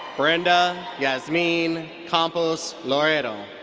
brenda yasmin campos loredo.